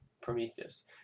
Prometheus